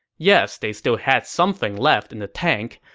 yes, they still had something left in the tank,